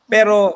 Pero